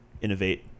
innovate